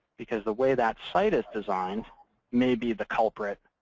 because the way that site is designed may be the culprit,